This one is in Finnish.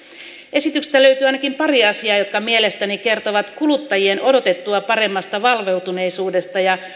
esityksestä löytyy ainakin pari asiaa jotka mielestäni kertovat kuluttajien odotettua paremmasta valveutuneisuudesta ja